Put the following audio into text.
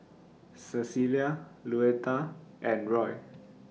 Cecilia Louetta and Roy